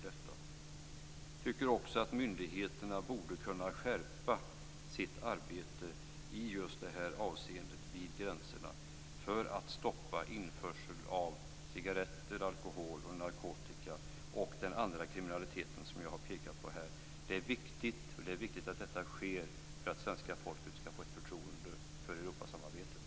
Vi tycker också att myndigheterna borde kunna skärpa sitt arbete just vid gränserna för att stoppa införsel av cigaretter, alkohol och narkotika samt den andra kriminaliteten som jag har pekat på här. Det är viktigt att detta sker för att svenska folket skall få förtroende för Europasamarbetet.